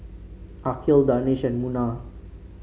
Aqil Danish and Munah